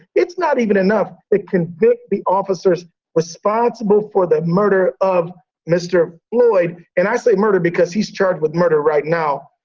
it's not even enough to convict the officers responsible for the murder of mr. floyd. and i say murder, because he's charged with murder right now.